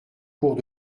cours